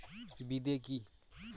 বিদে কি?